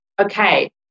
Okay